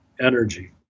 energy